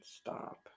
Stop